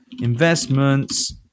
Investments